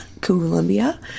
Columbia